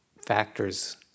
factors